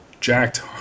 jacked